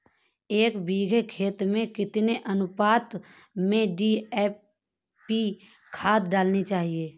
एक बीघे गेहूँ में कितनी अनुपात में डी.ए.पी खाद डालनी चाहिए?